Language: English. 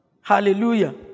Hallelujah